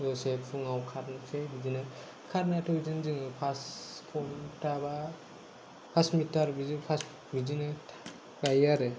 लोगोसे फुङाव खारनोसै बिदिनो खारनायाथ' बिदिनो जोङो पास घन्टा बा पास मिटार बिदिनो जायो आरो